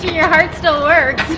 your heart still works